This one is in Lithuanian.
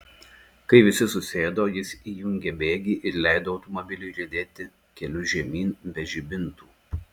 kai visi susėdo jis įjungė bėgį ir leido automobiliui riedėti keliu žemyn be žibintų